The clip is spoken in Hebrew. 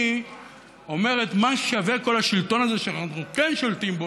היא אומרת: מה שווה כל השלטון הזה שאנחנו כן שולטים בו,